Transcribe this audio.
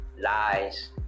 lies